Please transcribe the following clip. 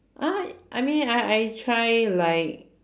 uh I mean I I try like